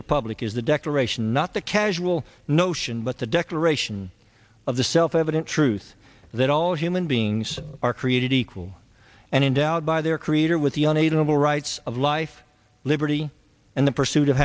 republic is the declaration not the casual notion but the declaration of the self evident truth that all human beings are created equal and endowed by their creator with the on a dual rights of life liberty and the pursuit of